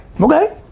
Okay